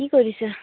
কি কৰিছে